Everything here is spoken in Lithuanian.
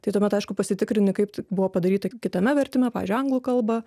tai tuomet aišku pasitikrini kaip t buvo padaryta kitame vertime pavyzdžiui į anglų kalbą